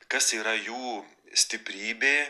kas yra jų stiprybė